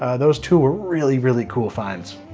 ah those two were really, really cool finds.